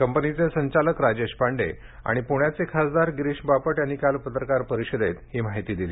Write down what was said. कंपनीचे संचालक राजेश पांडे आणि पुण्याचे खासदार गिरीश बापट यांनी काल पत्रकार परिषदेत ही माहिती दिली